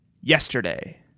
yesterday